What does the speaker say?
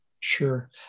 Sure